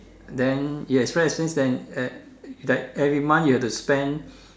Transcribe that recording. then you expensive then that every month you have to spend